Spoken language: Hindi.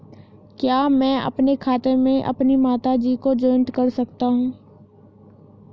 क्या मैं अपने खाते में अपनी माता जी को जॉइंट कर सकता हूँ?